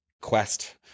quest